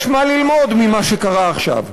יש מה ללמוד ממה שקרה עכשיו.